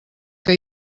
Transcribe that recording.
que